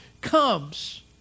comes